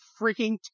freaking